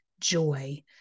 joy